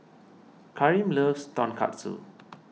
Karim loves Tonkatsu